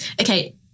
Okay